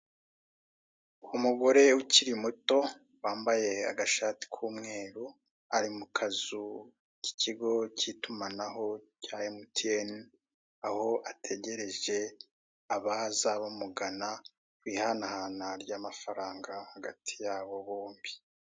Umugore ukiri muto wambaye agashati k'umweru, ari mu kazu k'ikigo cy'itumanaho cya emutiyeni, aho ategereje abaza bamugana kw'ihanahana ry'amafaranga hagati yabo bombi.